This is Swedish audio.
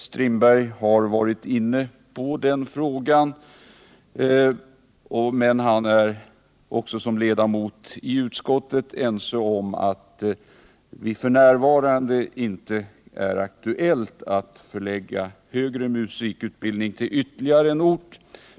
Strindberg har varit inne på den frågan, men han är som ledamot av utskottet också ense med oss om att det f.n. inte är aktuellt att förlägga den högre musikutbildningen till ytterligare en ort.